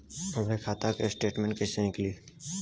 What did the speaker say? हमरे खाता के स्टेटमेंट कइसे निकली?